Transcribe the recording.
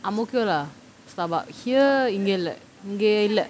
ang mo kio lah Starbucks here இங்க இல்ல இங்க இல்ல:inga illa inga illa